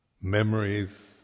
memories